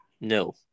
No